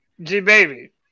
G-Baby